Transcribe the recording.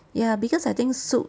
ya because I think soup